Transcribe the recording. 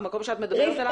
המקום שאת מדברת עליו.